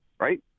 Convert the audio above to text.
right